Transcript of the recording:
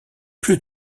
plus